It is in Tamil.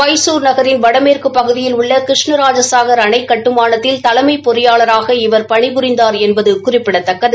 மைகுர் நகரின் வடமேற்குப் பகுதியில் உள்ள கிருஷ்ணராஜசாக் அணைக்கட்டுமானத்தில் தலைமை பொறியாளராக இவர் பணி புரிந்தார் என்பது குறிப்பிடத்தக்கது